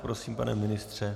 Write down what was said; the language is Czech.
Prosím, pane ministře.